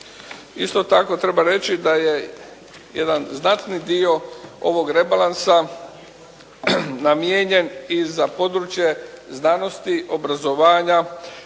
Isto tako treba reći da je jedan znatni dio ovog rebalansa namijenjen i za područje znanosti, obrazovanja